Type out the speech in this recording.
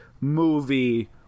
movie